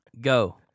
go